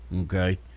Okay